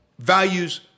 Values